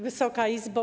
Wysoka Izbo!